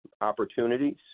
opportunities